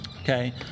Okay